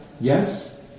yes